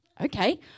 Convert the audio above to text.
Okay